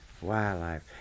wildlife